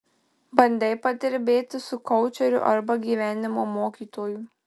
bandei padirbėti su koučeriu arba gyvenimo mokytoju